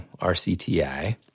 RCTI